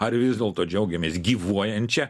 ar vis dėlto džiaugiamės gyvuojančia